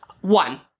One